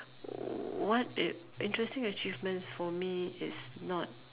what it interesting achievements for me is not